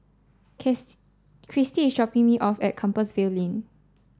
kiss Kristy is dropping me off at Compassvale Lane